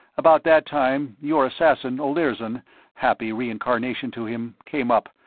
about that time, your assassin, olirzon happy reincarnation to him came up,